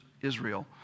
Israel